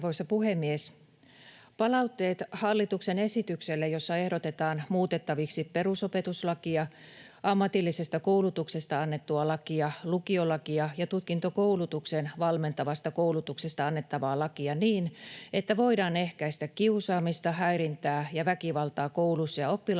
Palautteet hallituksen esitykselle, jossa ehdotetaan muutettaviksi perusopetuslakia, ammatillisesta koulutuksesta annettua lakia, lukiolakia ja tutkintokoulutukseen valmentavasta koulutuksesta annettavaa lakia niin, että voidaan ehkäistä kiusaamista, häirintää ja väkivaltaa kouluissa ja oppilaitoksissa,